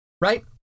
right